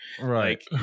right